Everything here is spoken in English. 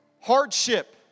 hardship